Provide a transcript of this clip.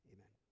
Amen